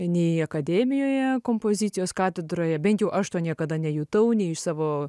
nei akademijoje kompozicijos katedroje bent jau aš to niekada nejutau nei iš savo